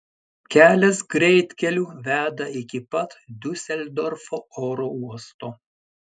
kelias greitkeliu veda iki pat diuseldorfo oro uosto